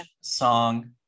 song